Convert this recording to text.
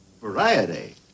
Variety